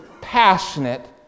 passionate